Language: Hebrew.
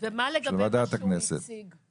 ומה לגבי מה שהוא הציג?